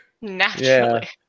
naturally